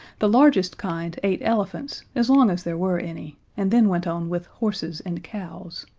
the largest kind ate elephants as long as there were any, and then went on with horses and cows.